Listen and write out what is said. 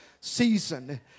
season